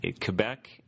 Quebec